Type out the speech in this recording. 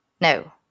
No